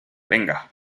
venga